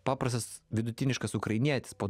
paprastas vidutiniškas ukrainietis po